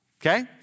okay